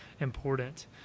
important